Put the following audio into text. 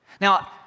Now